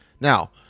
Now